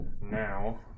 now